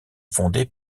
fondée